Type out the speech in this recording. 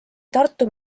tartu